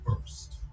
first